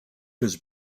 was